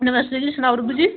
नमस्ते जी सनाओ रुबी जी